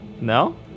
No